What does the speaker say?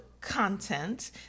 content